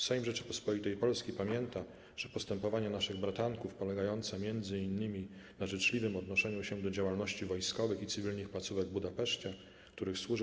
Sejm Rzeczypospolitej Polskiej pamięta, że postępowanie naszych bratanków, polegające między innymi na życzliwym odnoszeniu się do działalności wojskowych i cywilnych placówek w Budapeszcie, w których służył